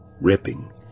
ripping